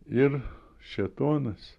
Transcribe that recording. ir šėtonas